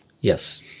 Yes